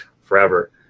forever